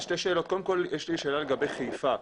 שאלה לגבי חיפה.